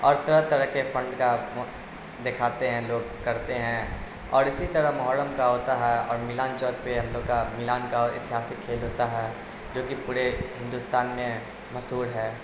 اور طرح طرح کے فن کا دکھاتے ہیں لوگ کرتے ہیں اور اسی طرح محرم کا ہوتا ہے اور ملان چوک پہ ہم لوگ کا ملان کا ایتیہاسک کھیل ہوتا ہے جو کہ پورے ہندوستان میں مشہور ہے